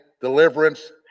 deliverance